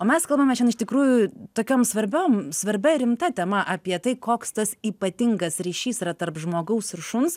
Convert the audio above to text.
o mes kalbame šen iš tikrųjų tokiom svarbiom svarbia rimta tema apie tai koks tas ypatingas ryšys yra tarp žmogaus ir šuns